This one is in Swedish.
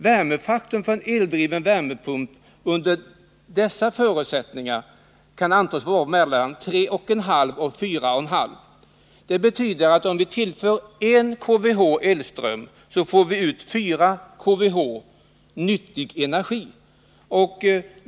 Värmefaktorn för en eldriven värmepump kan under dessa förutsättningar beräknas vara 3,5—4,5. Det betyder att om vi tillför I kWh elström, så får vi ut nyttig värmeenergi motsvarande 3,5-4,5 kWh.